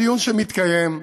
דיון שמתקיים: